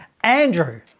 Andrew